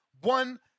one